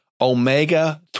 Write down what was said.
omega